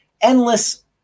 endless